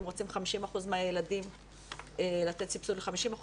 אם רוצים לתת סבסוד ל-50%,